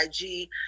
IG